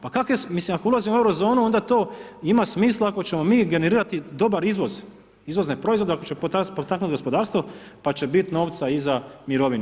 Pa kako, mislim ako ulazimo u euro zonu onda to ima smisla ako ćemo mi generirati dobar izvoz, izvozne proizvode, ako ćemo potaknuti gospodarstvo pa će biti novca i za mirovine.